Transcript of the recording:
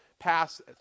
pass